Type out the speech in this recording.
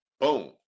Boom